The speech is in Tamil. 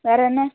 வேறு என்ன